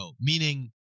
meaning